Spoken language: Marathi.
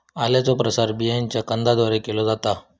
आल्याचो प्रसार बियांच्या कंदाद्वारे केलो जाता